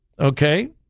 Okay